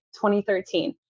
2013